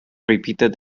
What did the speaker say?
repeated